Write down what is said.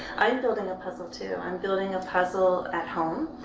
i'm building a puzzle too. i'm building a puzzle at home,